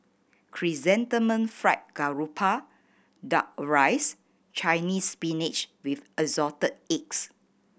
Chrysanthemum Fried Garoupa Duck Rice Chinese Spinach with Assorted Eggs